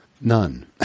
none